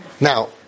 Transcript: Now